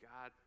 God